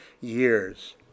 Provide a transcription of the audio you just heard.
years